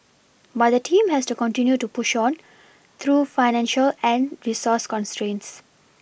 but the team has continued to push on through financial and resource constraints